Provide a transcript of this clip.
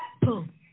Boom